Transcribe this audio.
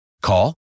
call